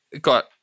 got